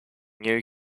new